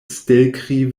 stelkri